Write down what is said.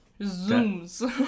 Zooms